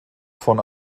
von